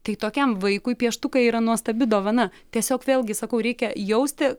tai tokiam vaikui pieštukai yra nuostabi dovana tiesiog vėlgi sakau reikia jausti